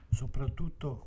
soprattutto